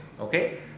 Okay